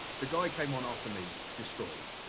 the guy came on after me destroyed.